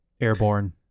airborne